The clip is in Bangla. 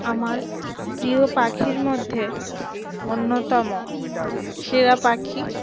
আমার প্রিয় পাখির মধ্যে অন্যতম সেরা পাখি